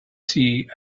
see